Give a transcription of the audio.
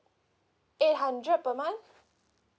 eight hundred per month